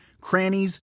crannies